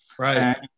Right